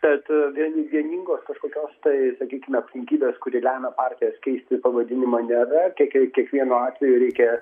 tad vie vieningos kažkokios tai sakykime aplinkybės kuri lemia partijos keisti pavadinimą nėra kei kiekvienu atveju reikia